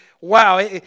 wow